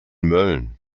mölln